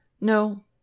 no